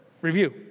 review